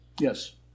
Yes